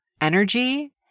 energy